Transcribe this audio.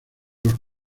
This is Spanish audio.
los